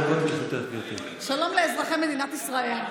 שלום לאזרחי מדינת ישראל.